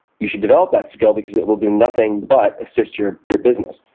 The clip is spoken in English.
you should develop that skill because it will do nothing but assist your your business.